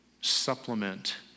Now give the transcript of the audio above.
supplement